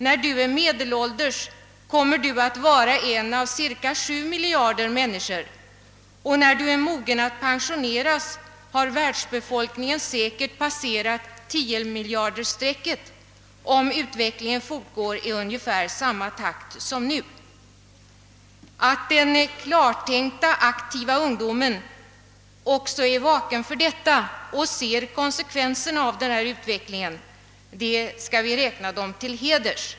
När du är medelålders kommer du att vara en av cirka sju miljarder människor, och när du är mogen att pensioneras har världsbefolkningen säkert passerat tiomiljardersstrecket, om utvecklingen fortgår i ungefär samma takt som nu.» Att de klartänkta aktiva ungdomarna också är vakna för detta och ser konsekvenserna av denna utveckling länder dem till heder.